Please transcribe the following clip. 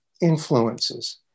influences